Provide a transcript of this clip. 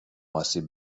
آسیب